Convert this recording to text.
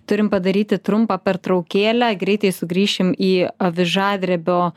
turim padaryti trumpą pertraukėlę greitai sugrįšim į avižadrebio